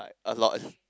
a lot